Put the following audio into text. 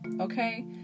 okay